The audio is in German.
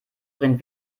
bring